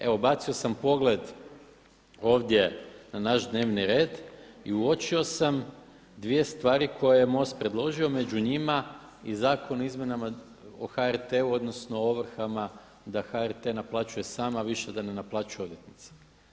Evo bacio sam pogled ovdje na naš dnevni red i uočio sam dvije stvari koje je MOST predložio, među njima i Zakon o izmjenama o HRT-u, odnosno ovrhama da HRT naplaćuje sam a više da ne ne naplaćuju odvjetnici.